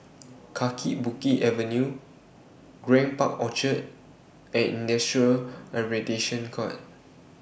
Kaki Bukit Avenue Grand Park Orchard and Industrial Arbitration Court